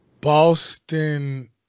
Boston